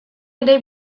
ere